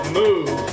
move